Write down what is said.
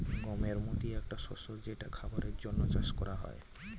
গমের মতি একটা শস্য যেটা খাবারের জন্যে চাষ করা হয়